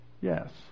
yes